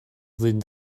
flwyddyn